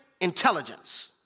intelligence